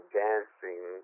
dancing